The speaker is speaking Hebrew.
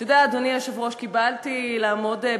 אתה יודע, אדוני היושב-ראש, קיבלתי לעמוד,